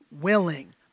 willing